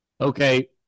okay